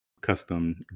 custom